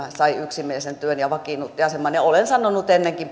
yksimielisen työn ja vakiinnutti aseman ja olen sanonut ennenkin